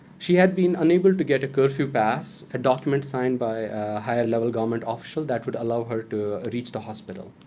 she had been unable to get a curfew pass, a document signed by a higher-level government official that would allow her to reach the hospital.